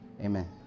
amen